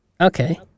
Okay